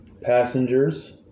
Passengers